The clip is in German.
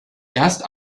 erst